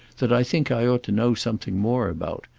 that i think i ought to know something more about.